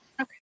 Okay